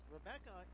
Rebecca